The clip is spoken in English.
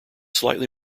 slightly